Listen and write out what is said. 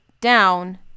down